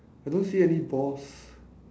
I don't see any balls